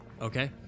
Okay